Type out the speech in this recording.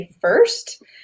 first